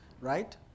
Right